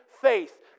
faith